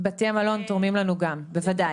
גם בתי מלון תורמים לנו, בוודאי.